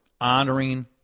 honoring